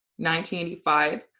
1985